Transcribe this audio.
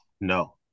No